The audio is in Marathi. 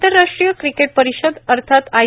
आंतरराष्ट्रीय क्रिकेट परिषद अर्थात आय